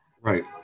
Right